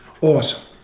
awesome